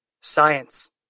science